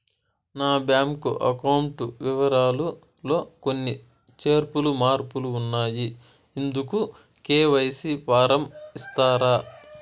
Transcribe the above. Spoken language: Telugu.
నా బ్యాంకు అకౌంట్ వివరాలు లో కొన్ని చేర్పులు మార్పులు ఉన్నాయి, ఇందుకు కె.వై.సి ఫారం ఇస్తారా?